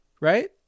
right